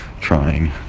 trying